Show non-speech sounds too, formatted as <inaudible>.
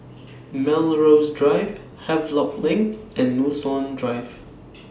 Melrose Drive Havelock LINK and <unintelligible> Drive